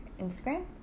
Instagram